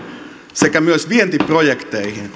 sekä myös vientiprojekteihin